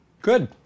Good